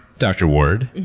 dr. ward,